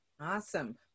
Awesome